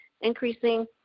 increasing